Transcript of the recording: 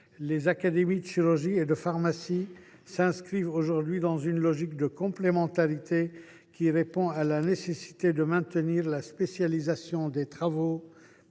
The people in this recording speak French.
nationales de chirurgie et de pharmacie s’inscrivent aujourd’hui dans une logique de complémentarité, qui répond à la nécessité de maintenir la spécialisation des travaux